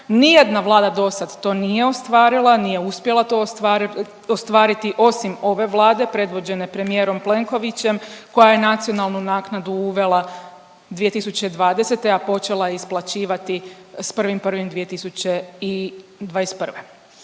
nijedna Vlada dosad to nije ostvarila, nije uspjela to ostvariti osim ove Vlade predvođene premijerom Plenkovićem koja je nacionalnu naknadu uvela 2020., a počela je isplaćivati s 1.1.2021..